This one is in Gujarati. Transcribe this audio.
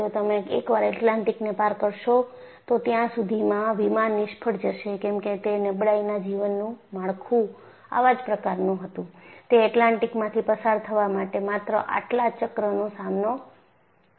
જો તમે એકવાર એટલાન્ટિકને પાર કરશો તો ત્યાં સુધીમાં વિમાન નિષ્ફળ જશે કેમકે તે નબળાઈના જીવનનું માળખું આવા જ પ્રકારનું હતું તે એટલાન્ટિકમાંથી પસાર થવા માટે માત્ર આટલા જ ચક્રનો સામનો કરી શકે છે